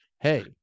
Hey